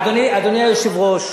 אדוני היושב-ראש,